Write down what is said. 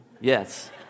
Yes